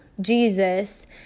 Jesus